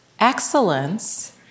Excellence